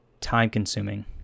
time-consuming